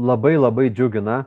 labai labai džiugina